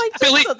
Billy